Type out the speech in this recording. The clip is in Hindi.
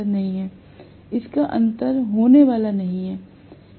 इतना अंतर होने वाला नहीं है